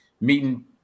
meeting